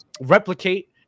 replicate